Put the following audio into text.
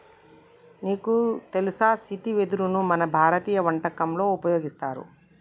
నీకు తెలుసా సీతి వెదరును మన భారతీయ వంటకంలో ఉపయోగిస్తారు